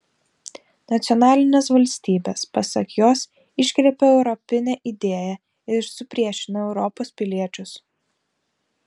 nacionalinės valstybės pasak jos iškreipia europinę idėją ir supriešina europos piliečius